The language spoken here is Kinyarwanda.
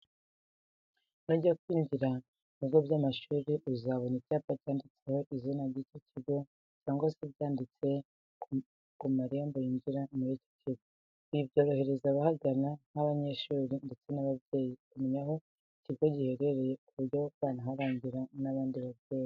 Nujya kwinjira mu bigo by'amashuri uzabona icyapa cyanditseho izina ry'icyo kigo cyangwa se ryanditse ku marembo yinjira muri icyo kigo. Ibi byorohereza abahagana nk'abanyeshuri ndetse n'ababyeyi kumenya aho ikigo giherereye ku buryo banaharangira abandi babyeyi.